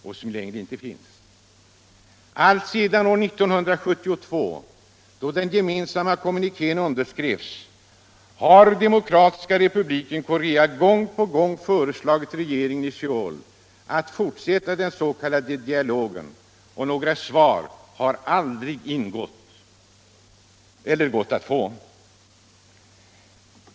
Alltsedan år 1972, då den gemensamma kommunikén underskrevs, har Demokratiska folkrepubliken Korca gång på gång föreslagit regeringen i Söul att fortsätta den s.k. dialogen. Några svar har inte gått att få.